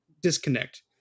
disconnect